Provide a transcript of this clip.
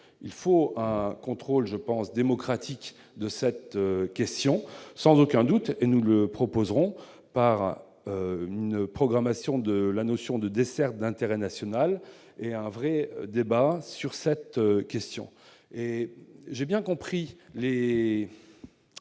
il faut un contrôle démocratique de cette question, ce que nous proposerons par une programmation de la notion de desserte d'intérêt national, et un vrai débat sur cette question. J'ai bien compris la